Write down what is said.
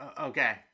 Okay